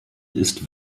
ist